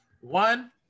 One